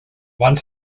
one